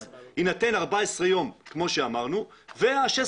אז יינתנו 14 ימים כמו שאמרנו וה-16